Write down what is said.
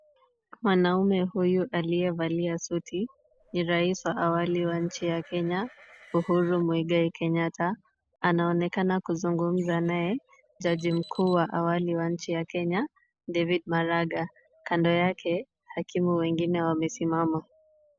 Mwanaume huyu aliyevalia suti, ni raisi wa awali wa nchi ya Kenya Uhuru Muigai Kenyatta anaonekana kuzungumza naye jaji mkuu wa awali wa nchi ya Kenya David Maraga. Kando yake akiwa wengine wamesimama.